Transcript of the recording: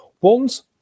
One's